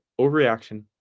Overreaction